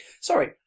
Sorry